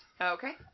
Okay